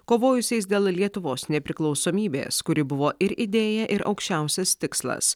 kovojusiais dėl lietuvos nepriklausomybės kuri buvo ir idėja ir aukščiausias tikslas